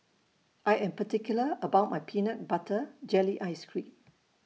I Am particular about My Peanut Butter Jelly Ice Cream